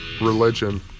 religion